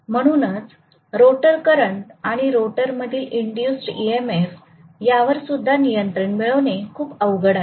म्हणूनच rotor current आणि रोटरमधील इंडूज्ड इ एम एफ यावर सुद्धा नियंत्रण मिळवणे खूप अवघड आहे